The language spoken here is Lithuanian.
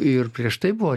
ir prieš tai buvo